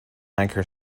anchor